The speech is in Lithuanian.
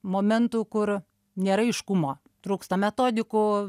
momentų kur nėra aiškumo trūksta metodikų